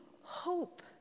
hope